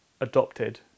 adopted